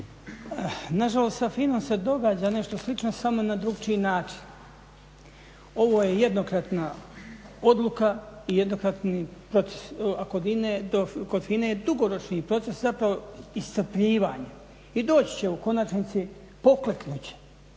Nažalost sa FINA-om se događa nešto slično samo na drukčiji način. ovo je jednokratna odluka i jednokratni proces a kod FINA-e je dugoročni proces zapravo iscrpljivanja i doći će u konačnici, pokleknut